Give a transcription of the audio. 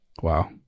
Wow